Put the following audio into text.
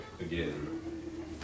again